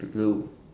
blue